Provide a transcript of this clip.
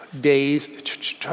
days